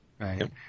Right